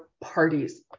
parties